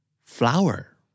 flower